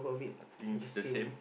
I think is the same